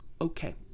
Okay